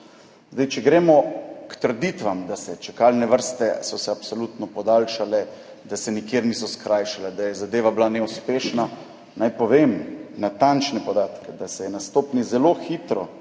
vidi. Če gremo k trditvam, da so se čakalne vrste absolutno podaljšale, da se nikjer niso skrajšale, da je bila zadeva neuspešna, naj povem natančne podatke, da se je na stopnji zelo hitro